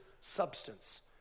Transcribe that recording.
substance